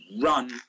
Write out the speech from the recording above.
run